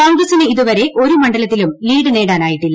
കോൺഗ്രസിന് ഇതുവരെ ഒരു മണ്ഡലത്തിലും ലീഡ് നേടാനായിട്ടില്ല